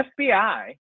fbi